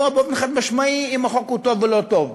באופן חד-משמעי אם החוק הוא טוב או לא טוב.